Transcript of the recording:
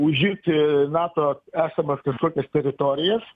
užimti nato esamas kažkokias teritorijas